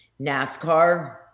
NASCAR